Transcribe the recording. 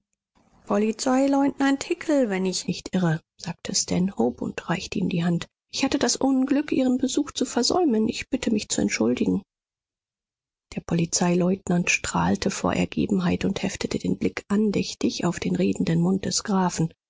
polizeileutnant hickel wenn ich nicht irre sagte stanhope und reichte ihm die hand ich hatte das unglück ihren besuch zu versäumen ich bitte mich zu entschuldigen der polizeileutnant strahlte vor ergebenheit und heftete den blick andächtig auf den redenden mund des grafen